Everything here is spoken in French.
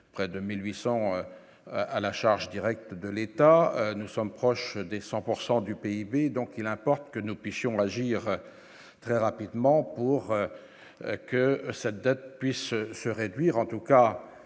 d'près de 1800 à la charge directe de l'État, nous sommes proches des 100 pourcent du PIB donc il importe que nous puissions agir très rapidement pour que cette dette puisse se réduire, en tout cas